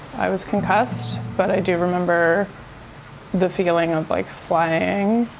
i was concussed but i do remember the feeling of, like, flying,